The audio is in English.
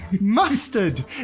Mustard